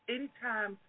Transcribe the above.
Anytime